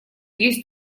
есть